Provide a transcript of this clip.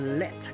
let